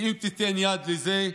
כי אם תיתן יד לזה,